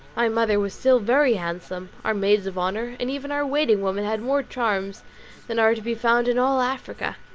my mother was still very handsome our maids of honour, and even our waiting women, had more charms than are to be found in all africa.